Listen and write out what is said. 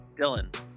Dylan